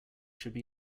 should